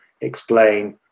explain